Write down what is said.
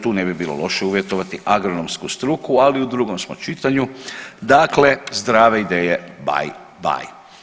Tu ne bi bilo loše uvjetovati agronomsku struku, ali u drugom smo čitanju, dakle zdrave ideje baj, baj.